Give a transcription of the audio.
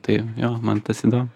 tai jo man tas įdomu